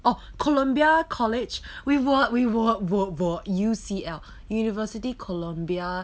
oh columbia college we want we U_C_L university columbia